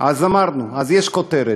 אז אמרנו, אז יש כותרת.